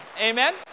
Amen